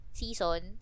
season